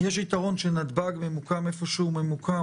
יש יתרון שנתב"ג ממוקם איפה שהוא ממוקם,